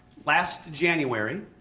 last january,